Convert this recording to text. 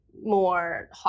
more